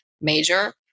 major